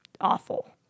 awful